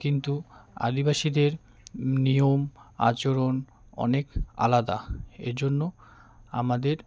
কিন্তু আদিবাসীদের নিয়ম আচরণ অনেক আলাদা এজন্য আমাদের